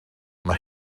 mae